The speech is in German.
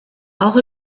auch